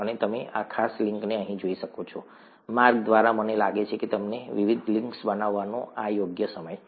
તમે આ ખાસ લિંકને અહીં જોઈ શકો છો માર્ગ દ્વારા મને લાગે છે કે તમને વિવિધ લિંક્સ બતાવવાનો આ યોગ્ય સમય છે